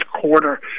quarter